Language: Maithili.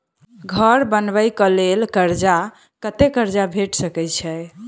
घर बनबे कऽ लेल कर्जा कत्ते कर्जा भेट सकय छई?